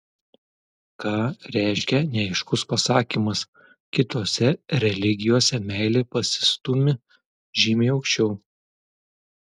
ką reiškia neaiškus pasakymas kitose religijose meilė pasistūmi žymiai aukščiau